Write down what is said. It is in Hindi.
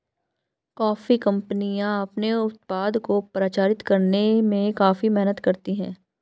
कॉफी कंपनियां अपने उत्पाद को प्रचारित करने में काफी मेहनत करती हैं